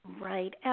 Right